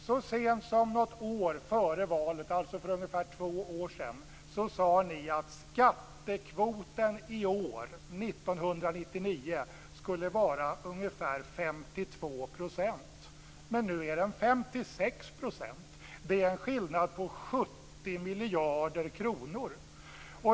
Så sent som något år före valet, alltså för ungefär två år sedan, sade ni att skattekvoten i år, 1999, skulle vara ungefär 52 %. Men nu är den 56 %. Det är en skillnad på 70 miljarder kronor.